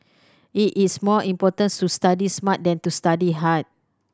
it is more importance to study smart than to study hard